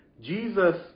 Jesus